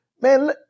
man